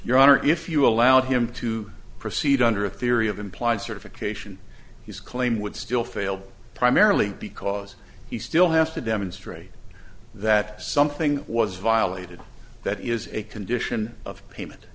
your honor if you allowed him to proceed under a theory of implied certification he's claim would still fail primarily because he still has to demonstrate that something was violated that is a condition of payment